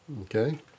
Okay